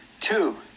Two